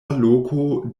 loko